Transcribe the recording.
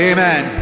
Amen